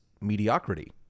mediocrity